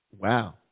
Wow